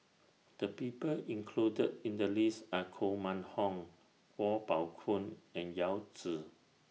The People included in The list Are Koh Mun Hong Kuo Pao Kun and Yao Zi